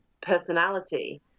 personality